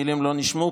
המילים לא נשמעו,